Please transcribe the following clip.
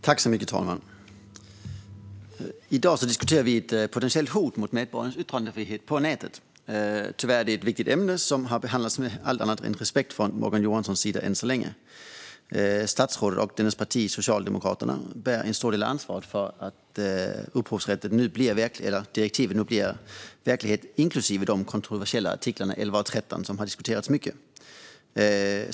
Fru talman! I dag diskuterar vi ett potentiellt hot mot medborgarnas yttrandefrihet på nätet. Detta är ett viktigt ämne, som tyvärr än så länge har behandlats med allt annat än respekt från Morgan Johanssons sida. Statsrådet och hans parti Socialdemokraterna bär en stor del av ansvaret för att upphovsrättsdirektivet - inklusive de kontroversiella artiklarna 11 och 13, som har diskuterats mycket - nu blir verklighet.